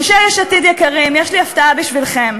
אנשי יש עתיד יקרים, יש לי הפתעה בשבילכם: